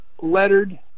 lettered